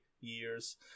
years